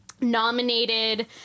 Nominated